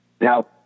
Now